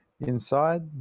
Inside